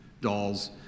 dolls